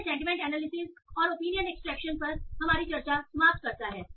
यह sentiment analysis और opinion extraction पर हमारी चर्चा समाप्त करता है